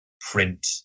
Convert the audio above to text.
print